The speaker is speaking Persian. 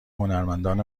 هنرمندان